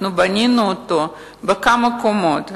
אנחנו בנינו אותה בכמה קומות.